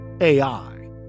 AI